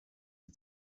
die